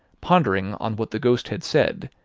pondering on what the ghost had said,